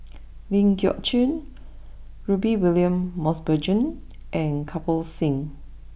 Ling Geok Choon Rudy William Mosbergen and Kirpal Singh